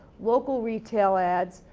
local retail ads,